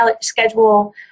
schedule